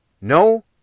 No